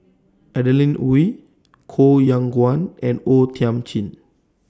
Adeline Ooi Koh Yong Guan and O Thiam Chin